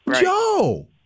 Joe